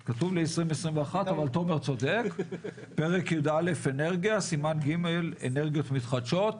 2022, פרק י"א- אנרגיה, סימן ג', אנרגיות מתחדשות.